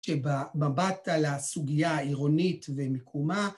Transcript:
כי במבט על הסוגיה העירונית ומיקומה